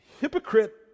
hypocrite